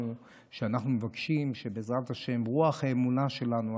שאנחנו מבקשים שבעזרת השם רוח האמונה שלנו,